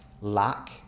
lack